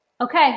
okay